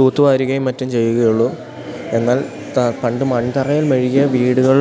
തൂത്തുവാരുകയും മറ്റും ചെയ്യുകയുള്ളൂ എന്നാൽ പണ്ട് മൺതറയിൽ മെഴുകിയ വീടുകൾ